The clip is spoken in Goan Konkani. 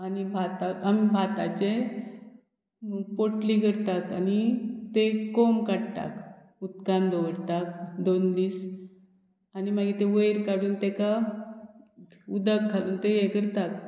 आनी भाताक आमी भाताचे पोटली करतात आनी तें कोम काडटात उदकान दवरता दोन दीस आनी मागीर तें वयर काडून तेका उदक घालून तें ये करता